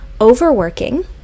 overworking